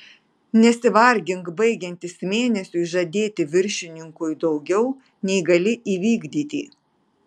nesivargink baigiantis mėnesiui žadėti viršininkui daugiau nei gali įvykdyti